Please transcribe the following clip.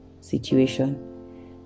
situation